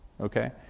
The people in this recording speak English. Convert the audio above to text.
Okay